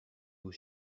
aux